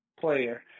player